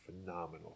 phenomenal